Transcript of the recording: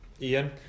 Ian